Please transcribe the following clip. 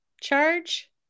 charge